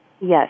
Yes